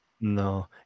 no